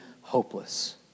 hopeless